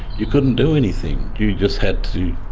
you couldn't do anything, you just had to